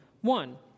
one